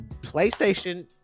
playstation